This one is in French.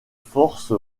force